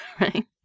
right